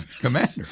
Commander